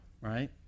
right